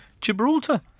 Gibraltar